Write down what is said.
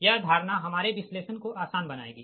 यह धारणा हमारे विश्लेषण को आसान बनाएगी